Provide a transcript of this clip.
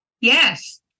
Yes